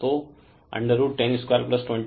तो √10 2 202